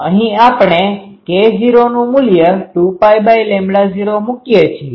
અહી આપણે k0નુ મુલ્ય 2π૦ મુકીએ છીએ